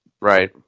Right